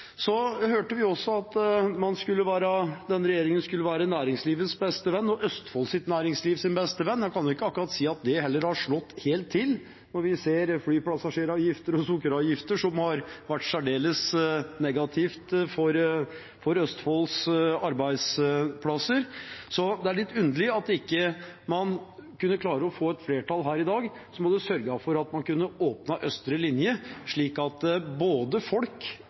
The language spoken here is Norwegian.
Så hørte vi også at denne regjeringen skulle være næringslivets beste venn – og Østfolds næringslivs beste venn. Jeg kan ikke akkurat si at det heller har slått helt til, når vi ser en flypassasjeravgift og en sukkeravgift som har vært særdeles negative for Østfolds arbeidsplasser. Så det er litt underlig at man ikke kunne klare å få et flertall her i dag som hadde sørget for at man kunne åpne østre linje, slik at både folk